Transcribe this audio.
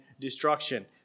destruction